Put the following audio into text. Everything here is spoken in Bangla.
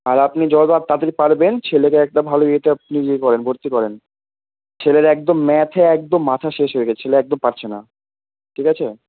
আর আপনি যতটা তাড়াতাড়ি পারবেন ছেলেকে একটা ভালো ইয়েতে আপনি ইয়ে করেন ভর্তি করেন ছেলের একদম ম্যাথে একদম মাথা শেষ হয়ে গেছে ছেলে একদম পারছে না ঠিক আছে